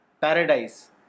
paradise